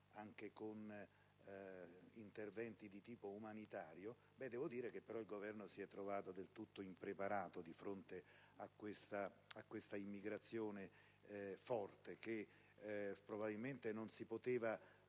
anche con interventi di tipo umanitario, devo dire che si è trovato del tutto impreparato di fronte a questa immigrazione forte che probabilmente non si poteva